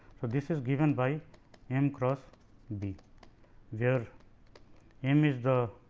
so, this is given by m cross b where m is the